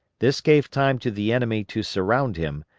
this gave time to the enemy to surround him,